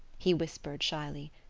he whispered shyly,